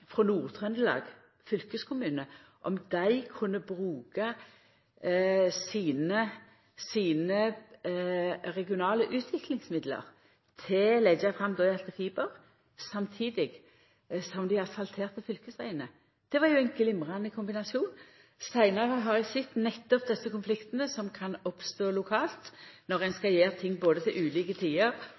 frå Nord-Trøndelag fylkeskommune, som lurte på om dei kunne bruka sine regionale utviklingsmidlar til å leggja fram fiberbreiband samtidig som dei asfalterte fylkesvegane. Det var jo ein glimrande kombinasjon. Seinare har eg sett nettopp desse konfliktane som kan oppstå lokalt når ein skal gjera ting både til ulike tider